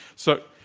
so,